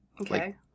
Okay